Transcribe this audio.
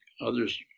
others